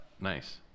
Nice